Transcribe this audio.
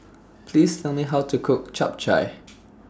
Please Tell Me How to Cook Chap Chai